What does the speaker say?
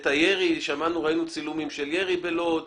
ראינו צילומים של ירי בלוד.